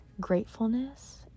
gratefulness